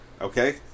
Okay